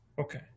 Okay